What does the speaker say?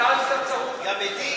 שאתה צרוד, זה אמיתי?